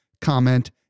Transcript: comment